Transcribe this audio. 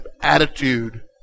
attitude